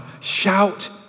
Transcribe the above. Shout